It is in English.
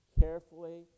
carefully